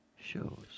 shows